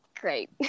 great